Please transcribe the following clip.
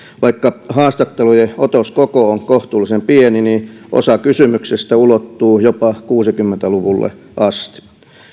vaikka haastattelujen otoskoko on kohtuullisen pieni niin osa kysymyksistä ulottuu jopa kuusikymmentä luvulle asti